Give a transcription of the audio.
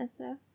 SF